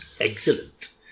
Excellent